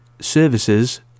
Services